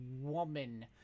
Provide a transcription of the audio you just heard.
woman